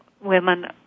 women